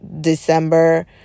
December